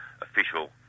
official